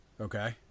Okay